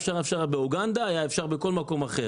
אפשר באוגנדה או בכל מקום אחר.